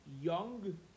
young